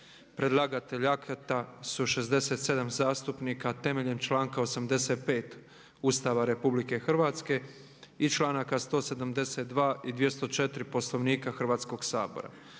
Predlagatelji akata su 67 zastupnika. Temeljem članka 85. Ustava Republike Hrvatske i članaka 172. i 204. Poslovnika Hrvatskoga sabora.